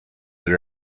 that